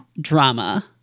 drama